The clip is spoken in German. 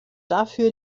dafür